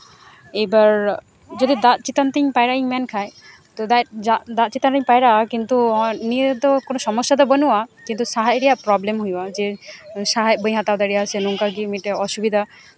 ᱡᱚᱫᱤ ᱫᱟᱜ ᱪᱮᱛᱟᱱ ᱛᱮ ᱯᱟᱭᱨᱟᱜ ᱤᱧ ᱢᱮᱱ ᱠᱷᱟᱱ ᱛᱚ ᱫᱟᱜ ᱪᱮᱛᱟᱱ ᱨᱤᱧ ᱯᱟᱭᱨᱟᱜᱼᱟ ᱠᱤᱱᱛᱩ ᱱᱤᱭᱟᱹ ᱫᱚ ᱠᱚᱱᱚ ᱥᱚᱢᱚᱥᱥᱟ ᱫᱚ ᱵᱟᱹᱱᱩᱜᱼᱟ ᱠᱤᱱᱛᱩ ᱥᱟᱦᱮᱸᱫ ᱨᱮᱭᱟᱜ ᱯᱨᱚᱵᱽᱞᱮᱢ ᱦᱩᱭᱩᱜᱼᱟ ᱡᱮ ᱥᱟᱦᱮᱸᱫ ᱵᱟᱹᱧ ᱦᱟᱛᱟᱣ ᱫᱟᱲᱮᱭᱟᱜᱼᱟ ᱥᱮ ᱱᱚᱝᱠᱟᱜᱮ ᱚᱥᱩᱵᱤᱫᱷᱟ